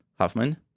Huffman